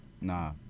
Nah